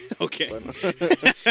Okay